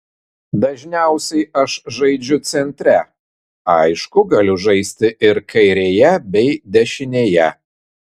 dažniausiai aš žaidžiu centre aišku galiu žaisti ir kairėje bei dešinėje